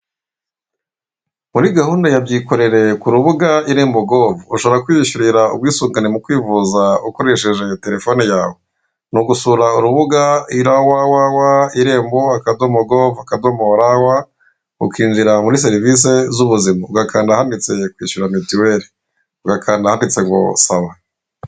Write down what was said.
Muri gahunda ya byikorere ku rubuga irembo.gov ushobora kwiyishyurira ubwisungane mu kwivuza ukoresheje telefone yawe, n'ugusura urubuga www.irembo.gov.rw ukinjira muri serivise z'ubuzima, ugakanda ahanditse kwishyura mituweri, ugakanda ahanditse ngo sawa.